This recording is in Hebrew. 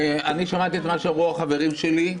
אני שמעתי את מה שאמרו החברים שלי,